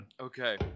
Okay